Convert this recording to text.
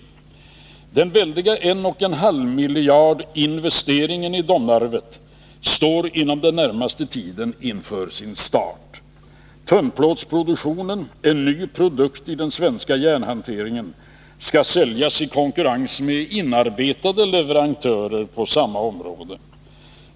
Den produktionsenhet som byggts med den väldiga 1,5-miljardsinvesteringen i Domnarvet skall inom den närmaste tiden börja användas. Tunnplåten — en ny produkt i den svenska järnhanteringen — skall säljas i konkurrens med inarbetade leverantörer.